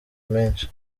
menshi